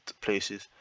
places